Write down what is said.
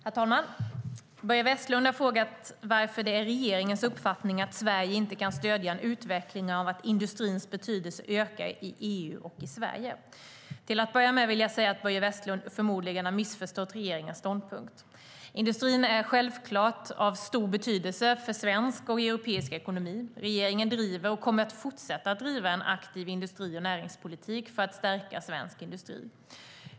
Herr talman! Börje Vestlund har frågat varför det är regeringens uppfattning att Sverige inte kan stödja en utveckling av att industrins betydelse ökar i EU och i Sverige. Till att börja med vill jag säga att Börje Vestlund förmodligen har missförstått regeringens ståndpunkt. Industrin är självklart av stor betydelse för svensk och europeisk ekonomi. Regeringen driver, och kommer att fortsätta driva, en aktiv industri och näringspolitik för att stärka svensk industri.